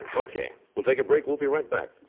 okay, we'll take a break. we'll be right back.